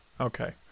Okay